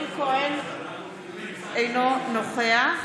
אינו נוכח